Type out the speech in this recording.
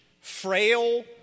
frail